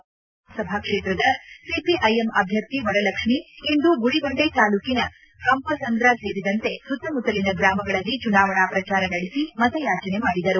ಚಿಕ್ಕಬಳ್ಳಾಪುರ ಲೋಕಸಭಾ ಕ್ಷೇತ್ರದ ಸಿಪಿಐಎಂ ಅಧ್ಯರ್ಥಿ ವರಲಕ್ಷ್ಮಿ ಇಂದು ಗುಡಿಬಂಡೆ ತಾಲೂಕಿನ ಹಂಪಸಂದ್ರ ಸೇರಿದಂತೆ ಸುತ್ತಮುತ್ತಲಿನ ಗ್ರಾಮಗಳಲ್ಲಿ ಚುನಾವಣಾ ಪ್ರಚಾರ ನಡೆಸಿ ಮತಯಾಚನೆ ಮಾಡಿದರು